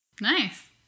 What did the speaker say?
Nice